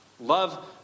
love